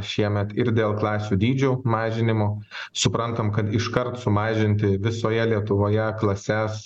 šiemet ir dėl klasių dydžių mažinimo suprantam kad iškart sumažinti visoje lietuvoje klases